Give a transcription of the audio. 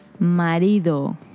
Marido